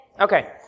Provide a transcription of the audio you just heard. Okay